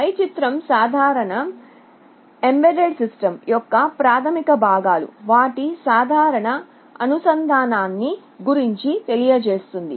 పై చిత్రం సాధారణ embedded system యొక్క ప్రాథమిక భాగాలు వాటి సాధారణ అనుసంధానాన్నిగురించి తెలియజేస్తుంది